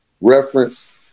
reference